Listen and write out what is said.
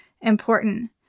important